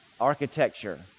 architecture